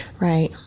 Right